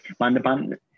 Mandapan